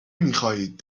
میخواهید